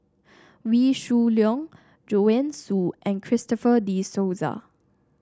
Wee Shoo Leong Joanne Soo and Christopher De Souza